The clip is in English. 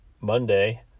Monday